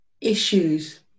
issues